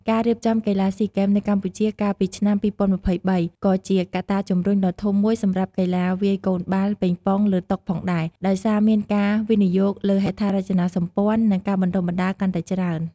ការរៀបចំកីឡាស៊ីហ្គេមនៅកម្ពុជាកាលពីឆ្នាំ២០២៣ ក៏ជាកត្តាជំរុញដ៏ធំមួយសម្រាប់កីឡាវាយកូនបាល់ប៉េងប៉ុងលើតុផងដែរ ដោយសារមានការវិនិយោគលើហេដ្ឋារចនាសម្ព័ន្ធ និងការបណ្ដុះបណ្ដាលកាន់តែច្រើន។